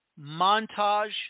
montage